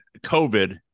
COVID